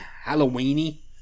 Halloween-y